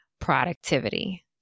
productivity